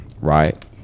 right